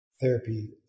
Therapy